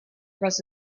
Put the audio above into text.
was